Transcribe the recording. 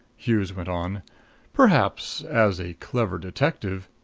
hughes went on perhaps, as a clever detective,